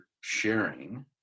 sharing